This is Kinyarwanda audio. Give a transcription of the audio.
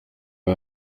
aba